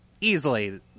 easily